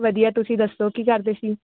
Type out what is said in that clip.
ਵਧੀਆ ਤੁਸੀਂ ਦੱਸੋ ਕੀ ਕਰਦੇ ਸੀ